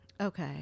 okay